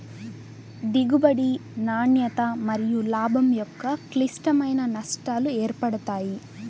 దిగుబడి, నాణ్యత మరియులాభం యొక్క క్లిష్టమైన నష్టాలు ఏర్పడతాయి